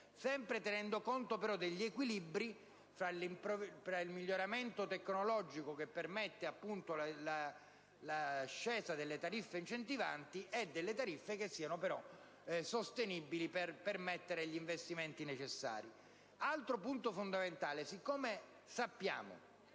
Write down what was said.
sempre tenendo conto però degli equilibri tra il miglioramento tecnologico che permette la diminuzione delle tariffe incentivanti e tariffe che siano però sostenibili per permettere gli investimenti necessari. Dal momento, poi, che sappiamo